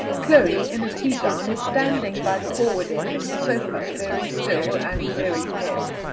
chloe, in a tea-gown, is standing by the forward end of the sofa, very still, and very pale.